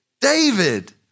David